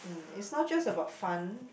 it's not just about fun